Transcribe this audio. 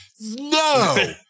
No